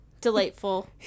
delightful